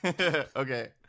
Okay